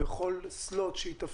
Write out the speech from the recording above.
אבל אנחנו נשב בכל זמן שיתאפשר.